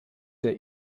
der